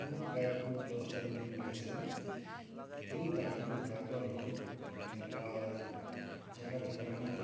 tour गाइडको व्यवस्था लिनुलाई चाहिँ जुन गाडीको ड्राइभरहरूले उहाँलाई जग्गा जग्गामा